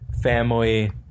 family